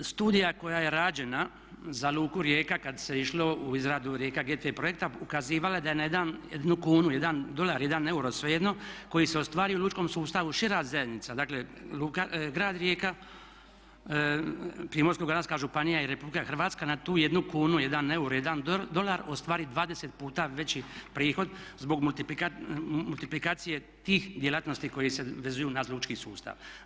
Studija koja je rađena za luku Rijeka kada se išlo u izradu Rijeka GT projekta ukazivala da je na jedan, jednu kunu, jedan dolar, jedan euro, svejedno, koji se ostvario u lučkom sustavu, šira zajednica, dakle grad Rijeka Primorsko-goranska županija i Republika Hrvatska na tu jednu kunu, jedan euro, jedan dolar ostvari 20 puta veći prihod zbog multiplikacije tih djelatnosti koji se vezuju na lučki sustav.